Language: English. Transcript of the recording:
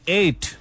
eight